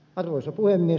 arvoisa puhemies